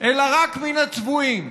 אלא רק מן הצבועים,